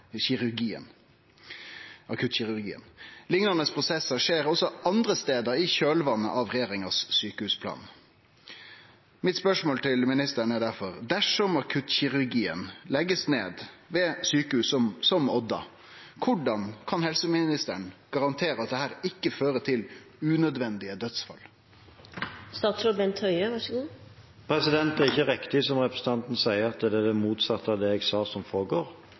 akuttkirurgien. Liknande prosessar skjer også andre stader i kjølvatnet av sjukehusplanen til regjeringa. Mitt spørsmål til ministeren er difor: Dersom akuttkirurgien blir lagt ned ved sjukehus som Odda, korleis kan helseministeren garantere at dette ikkje fører til unødvendige dødsfall? Det er ikke riktig, som representanten sier, at det er det motsatte av det jeg sa, som